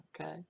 okay